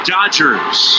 Dodgers